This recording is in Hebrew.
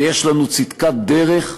ויש לנו צדקת דרך,